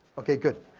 okay, good.